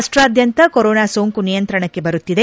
ರಾಷ್ಟಾದ್ಯಂತ corona ಸೋಂಕು ನಿಯಂತ್ರಣಕ್ಕೆ ಬರುತ್ತಿದೆ